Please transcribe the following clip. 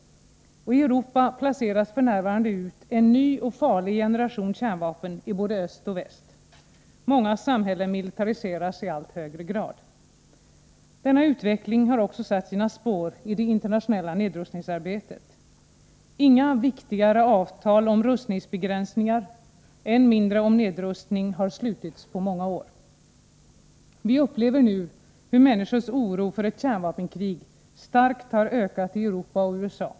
I Europa placeras f.n. ut en ny och farlig generation kärnvapen i både öst och väst. Många samhällen militariseras i allt högre grad. Denna utveckling har också satt sina spår i det internationella nedrustningsarbetet. Inga viktigare avtal om rustningsbegränsningar — än mindre om nedrustning — har slutits på många år. Vi upplever nu hur människors oro för ett kärnvapenkrig starkt har ökat i Europa och USA.